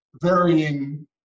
varying